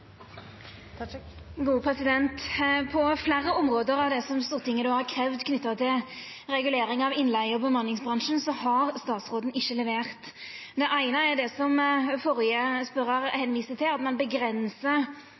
På fleire av områda kor Stortinget har kravd noko knytt til regulering av innleige og bemanningsbransjen, har statsråden ikkje levert. Det eine er det som førre spørjar